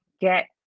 Get